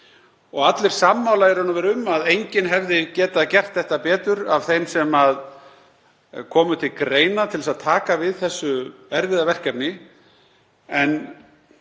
og allir sammála í raun og veru um að enginn hefði getað gert þetta betur af þeim sem komu til greina til að taka við þessu erfiða verkefni.